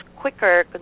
quicker